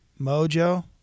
mojo